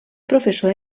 professor